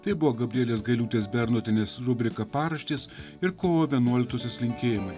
tai buvo gabrielės gailiūtės bernotienės rubrika paraštės ir kovo vienuoliktosios linkėjimai